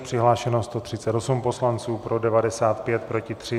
Přihlášeno 138 poslanců, pro 95, proti 3.